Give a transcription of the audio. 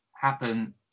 happen